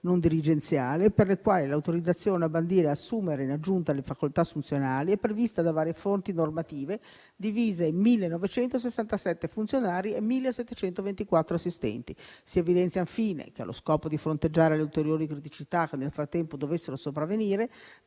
non dirigenziale, per le quali l'autorizzazione a bandire e ad assumere, in aggiunta alle facoltà assunzionali, è prevista da varie fonti normative, divise in 1.967 funzionari e 1.724 assistenti. Si evidenzia infine che, allo scopo di fronteggiare le ulteriori criticità che nel frattempo dovessero sopravvenire,